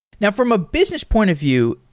now, from a business point of view,